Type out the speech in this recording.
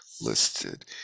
listed